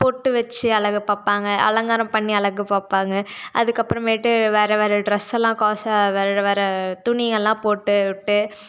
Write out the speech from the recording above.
பொட்டு வச்சு அழகு பார்ப்பாங்க அலங்காரம் பண்ணி அழகு பார்ப்பாங்க அதுக்கு அப்பறமேட்டு வேறே வேறே ட்ரெஸ்ஸெல்லாம் காசை வேறே வேறே துணிங்கள்லாம் போட்டு விட்டு